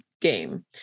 game